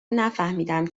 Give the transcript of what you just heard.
نفهمیدیم